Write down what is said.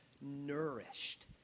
nourished